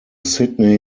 sydney